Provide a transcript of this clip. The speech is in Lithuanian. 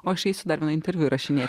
o aš įsidarbino interviu įrašinėja